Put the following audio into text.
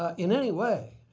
ah in any way,